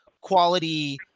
quality –